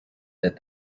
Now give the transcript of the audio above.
that